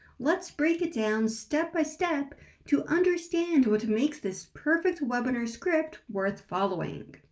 let's break it down step-by-step to understand what makes this perfect webinar script worth following.